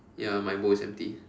ya my bowl is empty